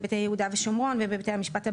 בהיבטי יהודה ושומרון ובהיבטי המשפט הבין-לאומי.